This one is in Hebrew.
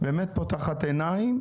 היא באמת פותחת עיניים.